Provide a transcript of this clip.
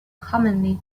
commonly